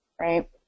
right